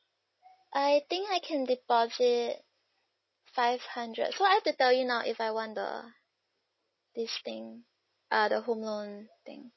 I think I can deposit five hundred so I have to tell you now if I want the this thing uh the home loan thing